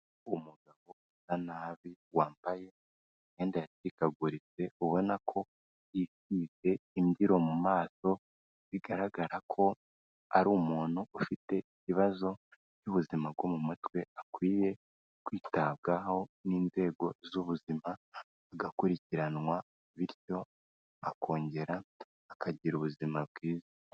Umugabo usa nabi wambaye imyenda yacikaguritse, ubona ko yisize imbyiro mu maso, bigaragara ko ari umuntu ufite ibibazo by'ubuzima bwo mu mutwe, akwiye kwitabwaho n'inzego z'ubuzima, agakurikiranwa, bityo akongera akagira ubuzima bwiza.